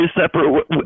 separate